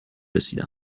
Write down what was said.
رسیده